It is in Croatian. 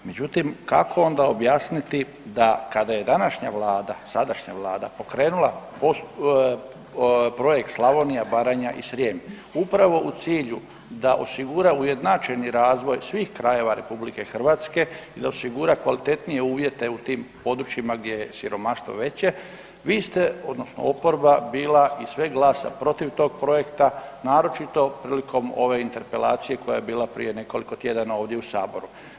Međutim kako onda objasniti da kada je današnja Vlada, sadašnja Vlada pokrenula projekt Slavonija, Baranja i Srijem, upravo u cilju da osigura ujednačeni razvoj svih krajeva RH i da osigura kvalitetnije uvjete u tim područjima gdje je siromaštvo veće, vi ste, odnosno oporba bila iz sveg glasa protiv tog projekta, naročito prilikom ove interpelacije koja je bila prije nekoliko tjedana ovdje u Saboru.